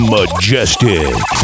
Majestic